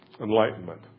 Enlightenment